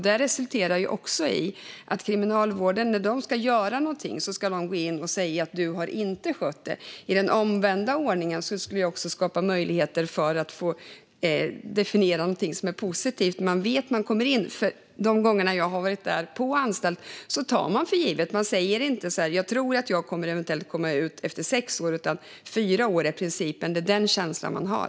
Det resulterar i att om kriminalvården ska göra någonting ska de gå in och säga "Du har inte skött dig". I den omvända ordningen skulle vi skapa möjlighet att definiera något positivt som man vet när man kommer in. De jag har träffat på anstalter tar detta för givet. Man säger inte att man tror att man eventuellt kommer att komma ut efter sex år, utan fyra år är principen. Det är den känslan man har.